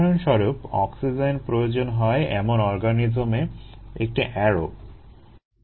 উদাহরণস্বরূপ অক্সিজেন প্রয়োজন হয় এমন অর্গানিজমে একটি অ্যারোব